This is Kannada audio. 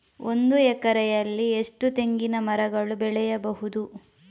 ಒಂದು ಎಕರೆಯಲ್ಲಿ ಎಷ್ಟು ತೆಂಗಿನಮರಗಳು ಬೆಳೆಯಬಹುದು?